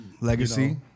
Legacy